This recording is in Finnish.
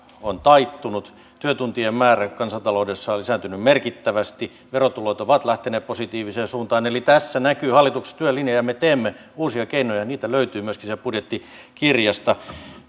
on taittunut työtuntien määrä kansantaloudessa on lisääntynyt merkittävästi verotulot ovat lähteneet positiiviseen suuntaan eli tässä näkyy hallituksen työlinja ja me teemme uusia keinoja ja niitä löytyy myöskin sieltä budjettikirjasta